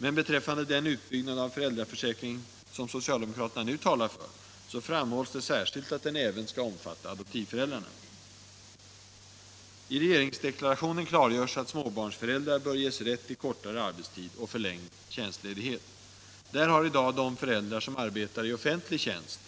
Men beträffande den utbyggnad av föräldraförsäkringen, som socialdemokraterna nu talar för, framhålls särskilt att den även skall omfatta adoptivföräldrarna. I regeringsdeklarationen klargörs att småbarnsföräldrar bör ges rätt till kortare arbetstid och förlängd tjänstledighet. Där har i dag de föräldrar som arbetar i offentlig tjänst